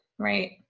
Right